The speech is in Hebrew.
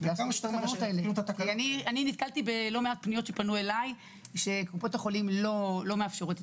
אני נתקלתי בלא מעט פניות שפנו אליי שקופות החולים לא מאפשרות.